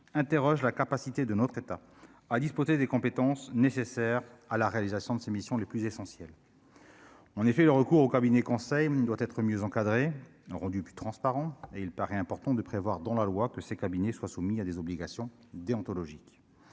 interroge la capacité de notre État à disposer des compétences nécessaires à la réalisation de ses missions les plus essentiels, en effet, le recours au cabinet conseil doit être mieux encadré, rendu plus transparent et il paraît important de prévoir dans la loi que ces cabinets soit soumis à des obligations déontologiques